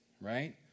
right